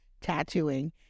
tattooing